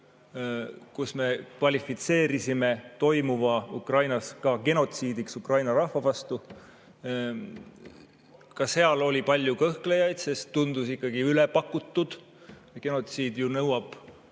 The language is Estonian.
kus me kvalifitseerisime Ukrainas toimuva ka genotsiidiks Ukraina rahva vastu. Ka seal oli palju kõhklejaid, sest see tundus ikkagi üle pakutud. Genotsiid ju nõuab